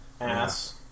Ass